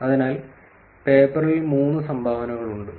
അതിനാൽ പേപ്പറിൽ മൂന്ന് സംഭാവനകളുണ്ട്